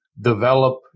develop